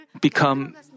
become